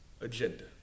agenda